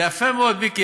זה יפה מאוד, מיקי.